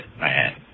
man